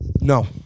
No